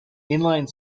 inline